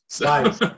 Nice